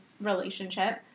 relationship